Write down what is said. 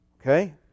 Okay